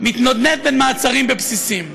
מתנדנד בין מעצרים בבסיסים.